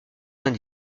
vingt